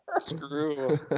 Screw